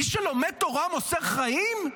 מי שלומד תורה מוסר חיים?